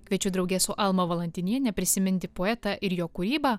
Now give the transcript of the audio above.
kviečiu drauge su alma valantiniene prisiminti poetą ir jo kūrybą